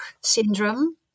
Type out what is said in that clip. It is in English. syndrome